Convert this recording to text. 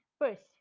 First